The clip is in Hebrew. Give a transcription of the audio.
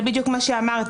זה בדיוק מה שאמרתי,